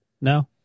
No